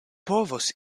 povos